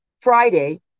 Friday